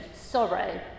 sorrow